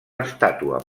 estàtua